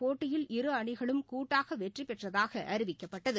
போட்டியில் இரு அணிகளும் கூட்டாகவெற்றிபெற்றதாகஅறிவிக்கப்பட்டது